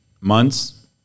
months